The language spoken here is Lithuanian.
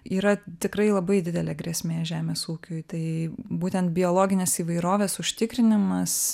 yra tikrai labai didelė grėsmė žemės ūkiui tai būtent biologinės įvairovės užtikrinimas